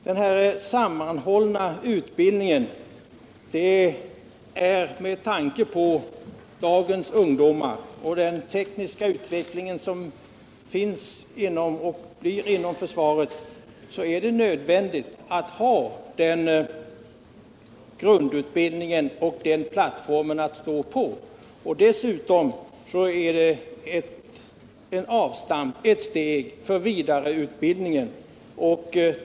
Vad den sammanhållna utbildningen beträffar är det med tanke på dagens ungdomar och den tekniska utvecklingen inom försvaret nödvändigt att ha den grundutbildningen såsom en plattform att stå på och för avstamp för vidare utbildning.